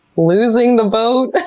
losing the boat, but